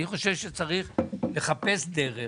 שצריך לחפש דרך